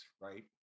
right